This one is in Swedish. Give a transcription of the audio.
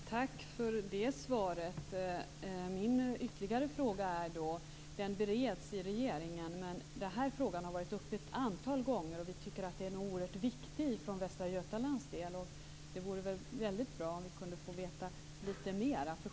Fru talman! Tack för det svaret! Detta bereds i regeringen, säger utbildningsministern. Men den här frågan har varit uppe till diskussion ett antal gånger, och vi från Västra Götaland tycker att den är oerhört viktig. Det vore väldigt bra om vi kunde få veta lite mera.